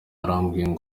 arambiwe